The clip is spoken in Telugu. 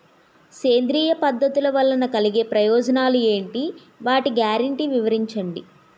సేంద్రీయ పద్ధతుల వలన కలిగే ప్రయోజనాలు ఎంటి? వాటి గ్యారంటీ వివరించండి?